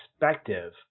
perspective